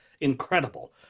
incredible